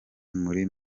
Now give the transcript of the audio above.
muri